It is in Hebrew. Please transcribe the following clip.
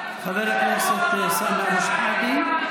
חבר הכנסת סמי אבו שחאדה,